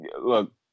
Look